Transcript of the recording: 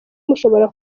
mushobora